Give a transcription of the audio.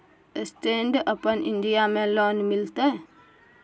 Stand up India में loan मिलते?